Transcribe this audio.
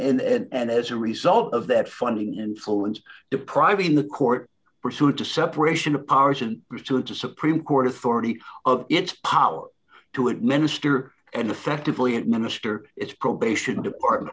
influence and as a result of that funding influence depriving the court pursuant to separation of powers and the supreme court authority of its power to administer and affectively administer its probation department